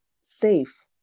safe